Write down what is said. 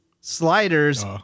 sliders